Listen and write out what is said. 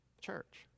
church